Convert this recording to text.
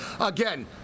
Again